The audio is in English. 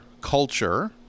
culture